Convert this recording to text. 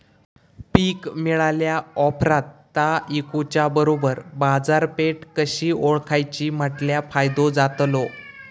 पीक मिळाल्या ऑप्रात ता इकुच्या बरोबर बाजारपेठ कशी ओळखाची म्हटल्या फायदो जातलो?